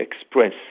express